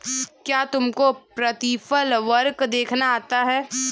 क्या तुमको प्रतिफल वक्र देखना आता है?